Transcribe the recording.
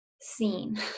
seen